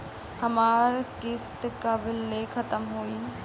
हमार किस्त कब ले खतम होई?